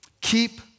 keep